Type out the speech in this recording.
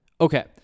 Okay